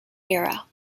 era